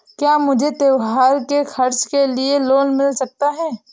क्या मुझे त्योहार के खर्च के लिए लोन मिल सकता है?